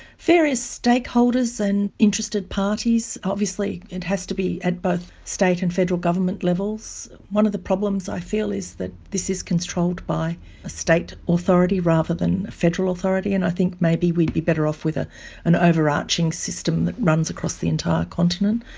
various stakeholders and interested parties. obviously it has to be at both state and federal government levels. one of the problems, i feel, is that this is controlled by a state authority rather than a federal authority, and i think maybe we'd be better off with ah an overarching system that runs across the entire continent,